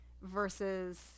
versus